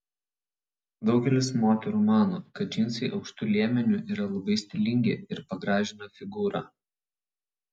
daugelis moterų mano kad džinsai aukštu liemeniu yra labai stilingi ir pagražina figūrą